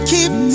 Keep